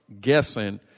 guessing